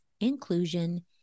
inclusion